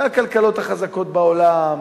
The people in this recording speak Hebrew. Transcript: היא מהכלכלות החזקות בעולם,